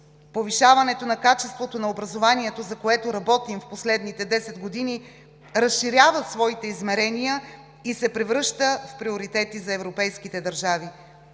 Повишаването на качеството на образованието, за което работим в последните десет години, разширява своите измерения и се превръща в приоритет за европейските държави.